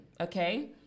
okay